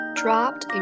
dropped